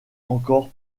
encore